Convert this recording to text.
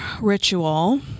ritual